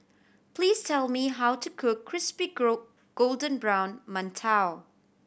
please tell me how to cook crispy golden brown mantou